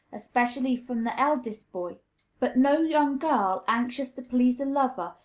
especially from the eldest boy but no young girl, anxious to please a lover,